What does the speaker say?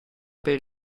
per